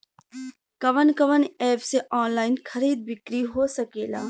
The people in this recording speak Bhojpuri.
कवन कवन एप से ऑनलाइन खरीद बिक्री हो सकेला?